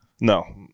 No